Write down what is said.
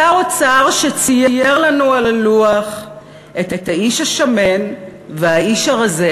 שר אוצר שצייר לנו על הלוח את האיש השמן והאיש הרזה,